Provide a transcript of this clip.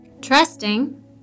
Trusting